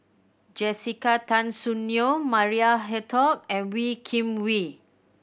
Jessica Tan Soon Neo Maria Hertogh and Wee Kim Wee